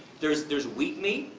there's there's wheat-meat,